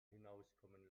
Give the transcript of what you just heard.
hinauskommen